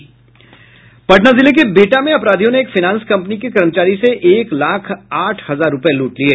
पटना जिले के बिहटा में अपराधियों ने एक फाइनांस कंपनी के कर्मचारी से एक लाख आठ हजार रूपये लूट लिये